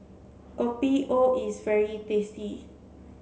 Kopi O is very tasty